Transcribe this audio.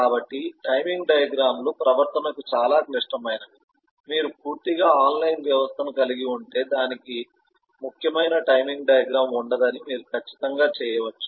కాబట్టి timing diagram లు ప్రవర్తనకు చాలా క్లిష్టమైనవి మీరు పూర్తిగా ఆఫ్లైన్ వ్యవస్థను కలిగి ఉంటే దానికి ముఖ్యమైన టైమింగ్ డయాగ్రమ్ ఉండదని మీరు ఖచ్చితంగా చేయవచ్చు